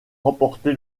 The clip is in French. remporté